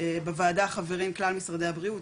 בוועדה חברים כלל משרדי הבריאות,